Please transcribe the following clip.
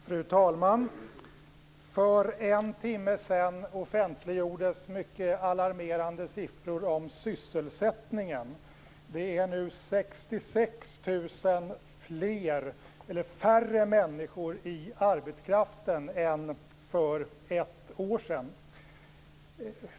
Fru talman! För en timme sedan offentliggjordes mycket alarmerande siffror om sysselsättningen. Det är nu 66 000 färre människor i arbete än för ett år sedan.